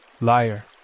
Liar